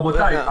רבותיי.